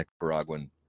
Nicaraguan